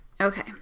Okay